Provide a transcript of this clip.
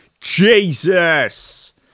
Jesus